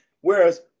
Whereas